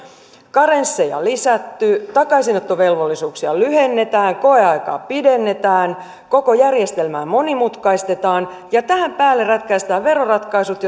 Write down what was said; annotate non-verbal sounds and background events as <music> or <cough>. karensseja lisätty takaisinottovelvollisuuksia lyhennetään koeaikaa pidennetään koko järjestelmää monimutkaistetaan ja tähän päälle rätkäistään veroratkaisut <unintelligible>